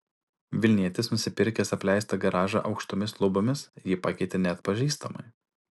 vilnietis nusipirkęs apleistą garažą aukštomis lubomis jį pakeitė neatpažįstamai